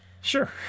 Sure